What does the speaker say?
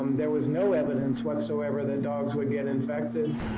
um there was no evidence whatsoever that dogs would get infected.